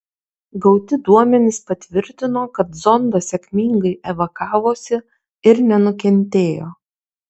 gauti duomenys patvirtino kad zondas sėkmingai evakavosi ir nenukentėjo